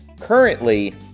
currently